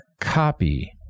copy